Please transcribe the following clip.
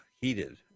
heated